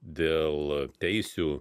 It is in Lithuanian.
dėl teisių